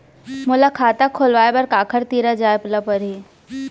मोला खाता खोलवाय बर काखर तिरा जाय ल परही?